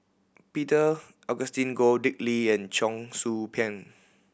Peter Augustine Goh Dick Lee and Cheong Soo Pieng